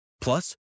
Plus